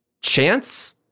Chance